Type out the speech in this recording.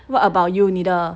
what about you 你的